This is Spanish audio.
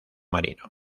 marino